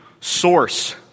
source